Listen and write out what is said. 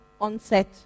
onset